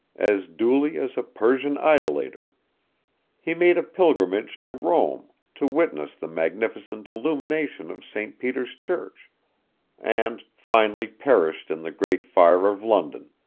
as duly as a persian idolater he made a pilgrimage to rome, to witness the magnificent illumination of st. peter's church and finally perished in the great fire of london,